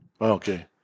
Okay